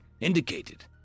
indicated